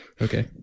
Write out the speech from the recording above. okay